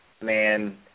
Man